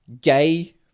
gay